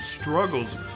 struggles